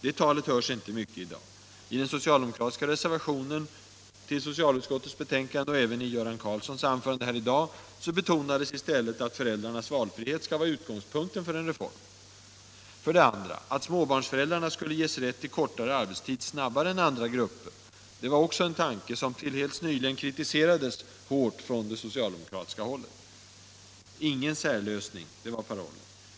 Det talet hörs inte mycket i dag. I den socialdemokratiska reservationen till socialutskottets betänkande och även i Göran Karlssons anförande här i dag betonas i stället att föräldrarnas valfrihet skall vara utgångspunkten för en reform. 2. Att småbarnsföräldrarna skulle ges rätt till kortare arbetstid snabbare än andra grupper var också en tanke som tills helt nyligen kritiserades hårt från socialdemokratiskt håll. Ingen särlösning — det var parollen.